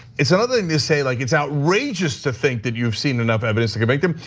it's another thing to say, like it's outrageous to think that you've seen enough evidence to convict him.